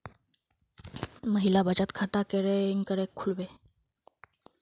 महिला बचत खाता केरीन करें खुलबे